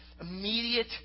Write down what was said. Immediate